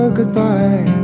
goodbye